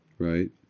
Right